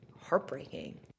heartbreaking